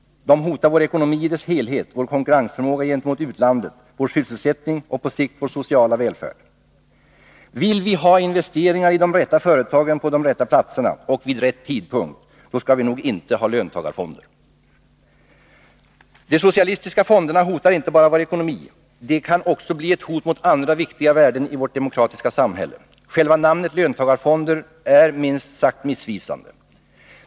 De hotar vår ekonomi i dess helhet, vår konkurrensförmåga gentemot utlandet, vår sysselsättning och på sikt vår sociala välfärd. Vill vi ha investeringar i de rätta företagen på de rätta platserna och vid rätt tidpunkt, då skall vi inte ha löntagarfonder. De socialistiska fonderna hotar inte bara vår ekonomi. De kan också bli ett hot mot andra viktiga värden i vårt demokratiska samhälle. Själva namnet löntagarfonder är minst sagt missvisande.